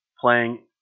playing